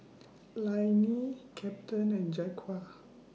Lainey Captain and Jaquan